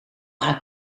haar